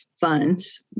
funds